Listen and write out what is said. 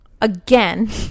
again